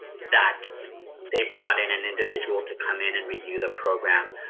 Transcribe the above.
that they brought in an individual to come in and review the program,